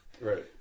Right